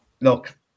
look